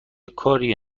کاریه